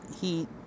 heat